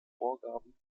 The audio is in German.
vorgaben